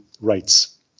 rights